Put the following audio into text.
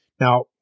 Now